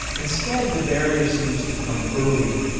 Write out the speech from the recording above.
instead, the barrier seems to come earlier.